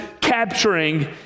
capturing